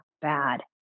bad